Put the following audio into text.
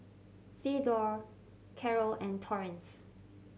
Thedore Carol and Torrence